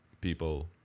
people